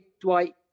Dwight